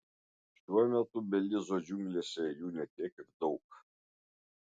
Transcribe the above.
šiuo metu belizo džiunglėse jų ne tiek ir daug